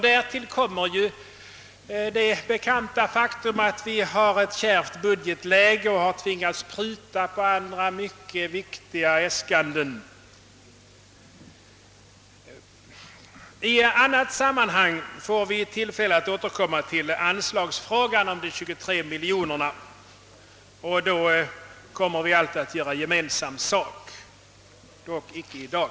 Därtill kommer det bekanta faktum, att vi har ett skärpt budgetläge och tvingas pruta på andra mycket viktiga äskanden. I annat sammanhang får vi tillfälle att återkomma till frågan om anslaget på 23 miljoner, och då kommer vi att göra gemensam sak, dock icke i dag.